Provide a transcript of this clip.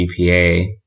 GPA